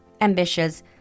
ambitious